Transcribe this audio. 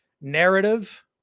narrative